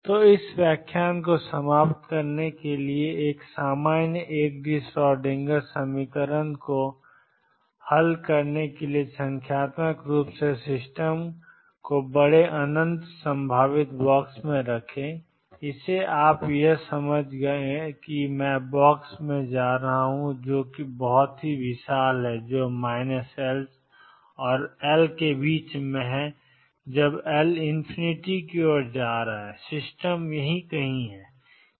तो इस व्याख्यान को समाप्त करने के लिए एक सामान्य 1 डी श्रोडिंगर समीकरण को हल करने के लिए संख्यात्मक रूप से सिस्टम को बड़े अनंत संभावित बॉक्स में रखें और इससे अब आप समझ गए हैं कि मैं बॉक्स में जा रहा हूं जो कि विशाल है L और L L→∞ और सिस्टम यहाँ कहीं है